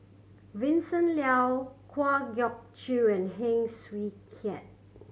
Vincent Leow Kwa Geok Choo and Heng Swee Keat